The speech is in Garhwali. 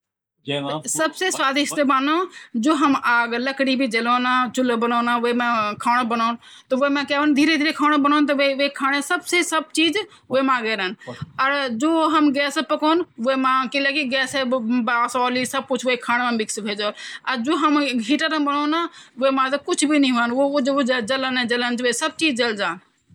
सबसे स्वादिष्ट वन जू हम आग लकड़ी भी जलौंदा चूलु बनौंदा वेमा खाण्डों बनौण त वेमा क्या वन धीरे - धीरे खाण्डों बणदू त वे खांडे सबसे सब चीज़ वेमा गे रंद और जू हम गैस म पकौंद वेमा क़िले की गैसे की बास औली और सब कुछ वे खाण्डों म मिक्स वे जौलु और जू हम हीटर मा बनौन वेमा त कुछ भी नी वोनू उ जलन - ने - जलन च वे सब चीज़ जल जान्द